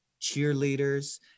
cheerleaders